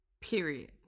Period